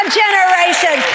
generation